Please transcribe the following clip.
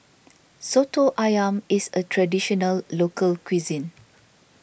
Soto Ayam is a Traditional Local Cuisine